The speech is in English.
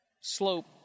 slope